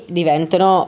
diventano